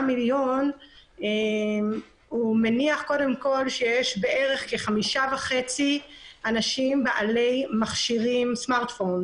מיליון מניח שיש בערך כ-5.5 בעלי מכשירים חכמים